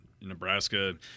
Nebraska